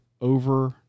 over